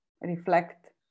reflect